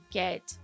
get